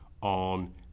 on